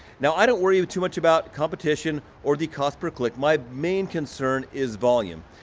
now, i don't worry too much about competition, or the cost per click, my main concern is volume.